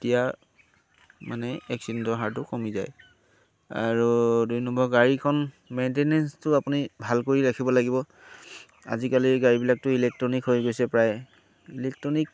তেতিয়া মানে এক্সিডেণ্টৰ হাৰটো কমি যায় আৰু দুই নম্বৰ গাড়ীখন মেইনটেনেন্সটো আপুনি ভাল কৰি ৰাখিব লাগিব আজিকালি গাড়ীবিলাকতো ইলেক্ট্ৰনিক হৈ গৈছে প্ৰায় ইলেক্ট্ৰনিক